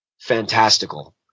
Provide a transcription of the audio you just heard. fantastical